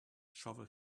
shovel